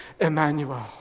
Emmanuel